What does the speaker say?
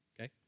Okay